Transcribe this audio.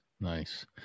nice